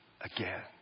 again